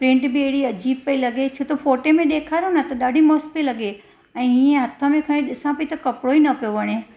print बि अहिड़ी अजीब पई लॻे छो त फोटे में ॾेखारियऊं न त ॾाढी मस्तु पई लॻे ऐं हीअं हथ में खणी ॾिसां पई त कपिड़ो ई न पियो वणे